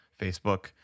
facebook